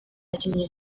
abakinnyi